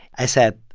i said,